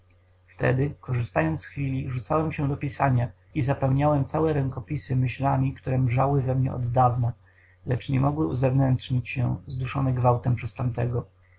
wtedy korzystając z chwili rzucałem się do pisania i zapełniałem całe rękopisy myślami które mżały we mnie od dawna lecz nie mogły uzewnętrznić się zduszone gwałtem przez tamtego